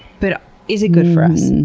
but is it good for us?